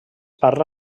parla